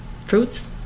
fruits